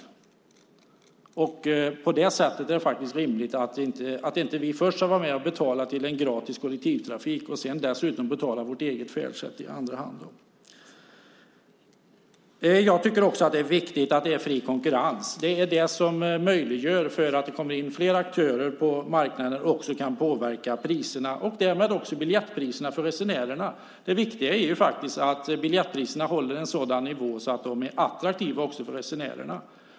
Därför borde det vara rimligt att vi inte först ska vara med och betala till en gratis kollektivtrafik och sedan dessutom betala vårt eget färdsätt i andra hand. Jag tycker att det är viktigt med fri konkurrens. Det är det som möjliggör för fler aktörer att komma in på marknaden och att de kan påverka priserna. Därmed påverkas också biljettpriserna för resenärerna. Det viktiga är att biljettpriserna håller en sådan nivå att de är attraktiva för resenärerna.